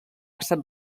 estat